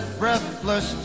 breathless